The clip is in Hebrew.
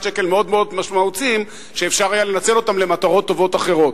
שקל מאוד מאוד משמעותי שאפשר היה לנצל למטרות טובות אחרות.